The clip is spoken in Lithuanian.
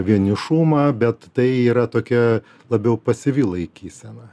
vienišumą bet tai yra tokia labiau pasyvi laikysena